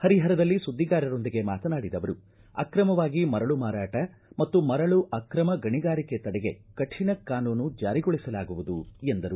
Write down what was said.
ಹರಿಪರದಲ್ಲಿ ಸುದ್ವಿಗಾರರೊಂದಿಗೆ ಮಾತನಾಡಿದ ಅವರು ಅಕ್ರಮವಾಗಿ ಮರಳು ಮಾರಾಟ ಮತ್ತು ಮರಳು ಅಕ್ರಮ ಗಣಿಗಾರಿಕೆ ತಡೆಗೆ ಕರಿಣ ಕಾನೂನು ಜಾರಿಗೊಳಿಸಲಾಗುವುದು ಎಂದರು